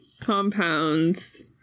Compounds